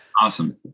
Awesome